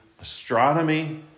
astronomy